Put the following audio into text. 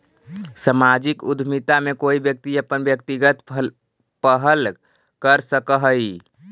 सामाजिक उद्यमिता में कोई व्यक्ति अपन व्यक्तिगत पहल कर सकऽ हई